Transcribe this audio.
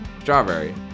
strawberry